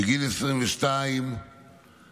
בגיל 22 אלי,